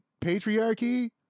patriarchy